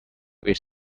its